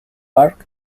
park